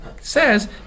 says